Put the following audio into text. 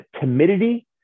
timidity